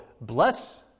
bless